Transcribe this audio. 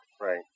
right